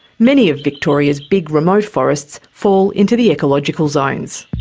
many of victoria's big remote forests fall into the ecological zones.